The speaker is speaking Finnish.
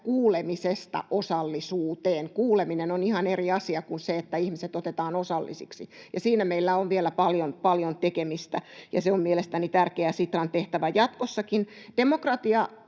kuulemisesta osallisuuteen. Kuuleminen on ihan eri asia kuin se, että ihmiset otetaan osallisiksi, ja siinä meillä on vielä paljon, paljon tekemistä, ja se on mielestäni tärkeä Sitran tehtävä jatkossakin.